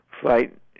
flight